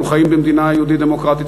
אנחנו חיים במדינה יהודית דמוקרטית,